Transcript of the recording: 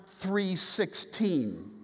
3.16